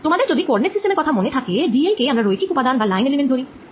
তোমাদের যদি coordinate system এর কথা মনে থাকে dL কে আমরা রৈখিক উপাদান বা লাইন এলিমেন্ট ধরি